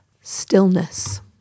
stillness